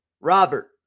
Robert